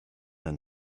then